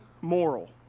moral